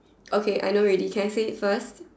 okay I know already can I say it first